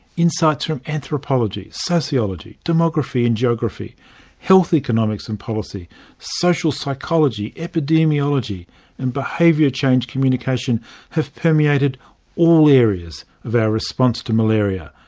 insights from anthropology sociology demography and geography health economics and policy social psychology epidemiology and behaviour-change communication have permeated all areas of our response to malaria.